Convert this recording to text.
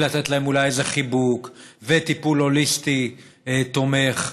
ולתת להם אולי איזה חיבוק וטיפול הוליסטי תומך,